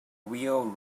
wheel